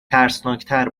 ترسناکتر